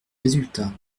résultats